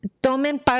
tomen